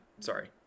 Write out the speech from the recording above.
Sorry